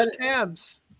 tabs